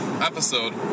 episode